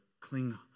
cling